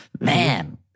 Man